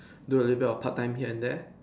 do a little a bit of part time here and there